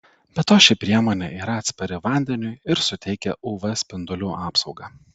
be to ši priemonė yra atspari vandeniui ir suteikia uv spindulių apsaugą